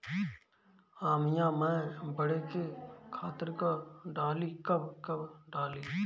आमिया मैं बढ़े के खातिर का डाली कब कब डाली?